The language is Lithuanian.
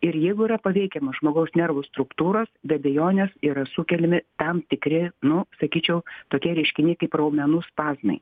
ir jeigu yra paveikiamos žmogaus nervų struktūros be abejonės yra sukeliami tam tikri nu sakyčiau tokie reiškiniai kaip raumenų spazmai